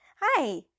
Hi